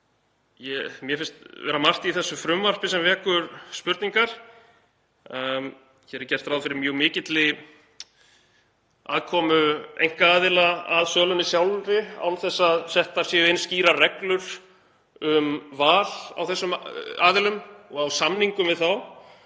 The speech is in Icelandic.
Mér finnst margt í þessu frumvarpi vekja upp spurningar. Hér er gert ráð fyrir mjög mikilli aðkomu einkaaðila að sölunni sjálfri án þess að settar séu skýrar reglur um val á þessum aðilum og á samningum við þá.